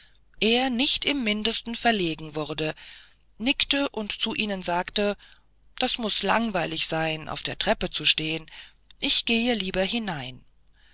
er nicht im mindesten verlegen wurde nickte und zu ihnen sagte das muß langweilig sein auf der treppe zu stehen ich gehe lieber hinein